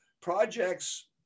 projects